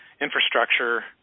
infrastructure